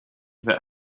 that